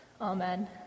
Amen